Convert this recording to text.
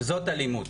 זאת אלימות